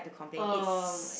oh my